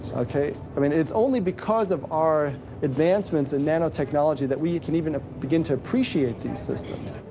okay? i mean it's only because of our advancements in nanotechnology that we can even ah begin to appreciate these systems.